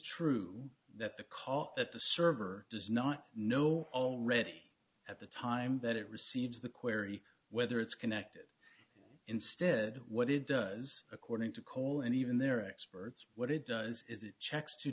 true that the call that the server does not know already at the time that it receives the query whether it's connected instead what it does according to cole and even their experts what it does is it checks to